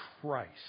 Christ